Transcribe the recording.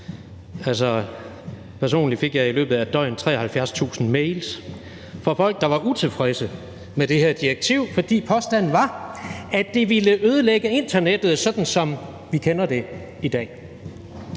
Personligt fik jeg i løbet af et døgn 73.000 mails fra folk, der var utilfredse med det her direktiv, fordi påstanden var, at det ville ødelægge internettet, som vi kender det i dag.